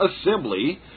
assembly